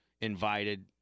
invited